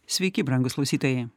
sveiki brangūs klausytojai